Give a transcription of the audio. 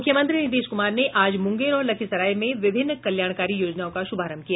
मुख्यमंत्री नीतीश कुमार ने आज मुंगेर और लखीसराय में विभिन्न कल्याणकारी योजनाओं का शुभारंभ किया